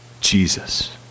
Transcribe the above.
Jesus